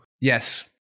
yes